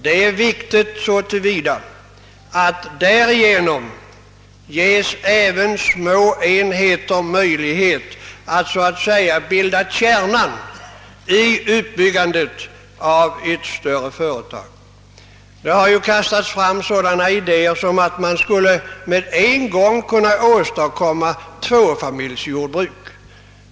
Det är viktigt så till vida att därigenom även små enheter ges möjlighet att så att säga bilda kärnan i uppbyggandet av ett större företag. Det har kastats fram sådana idéer som att man med en gång skulle kunna åstadkomma tvåfamiljsjordbruk.